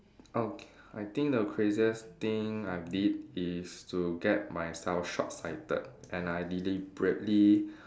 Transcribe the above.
uh I I think the craziest thing I did is to get myself shortsighted and I deliberately